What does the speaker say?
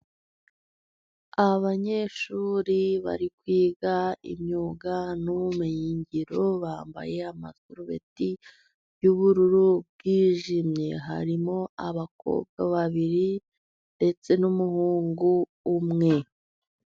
Abanyeshuri bari kwiga imyuga n'ubumenyingiro. Bambaye amasarubeti y'ubururu bwijimye. Harimo abakobwa babiri, ndetse n'umuhungu umwe.